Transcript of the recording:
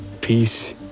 peace